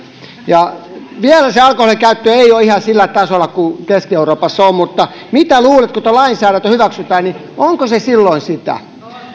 ja vielä se alkoholinkäyttö ei ole ihan sillä tasolla kuin keski euroopassa on mutta mitä luulet kun tämä lainsäädäntö hyväksytään niin onko se silloin sitä a